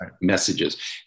messages